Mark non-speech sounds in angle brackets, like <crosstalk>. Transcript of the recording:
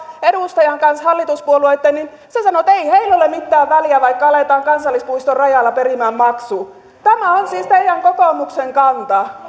edustajan kanssa niin hän sanoi että ei heillä ole mitään väliä vaikka aletaan kansallispuiston rajalla periä maksu tämä on siis kokoomuksen kanta <unintelligible>